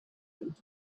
them